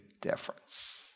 difference